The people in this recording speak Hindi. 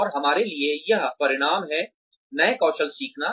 और हमारे लिए यह परिणाम है नए कौशल सीखना